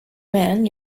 man